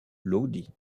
lodi